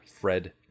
Fred